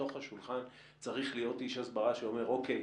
בתוך השולחן צריך להיות איש הסברה שאומר: אוקיי,